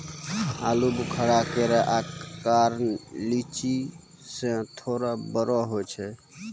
आलूबुखारा केरो आकर लीची सें थोरे बड़ो होय छै